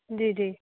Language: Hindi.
जी जी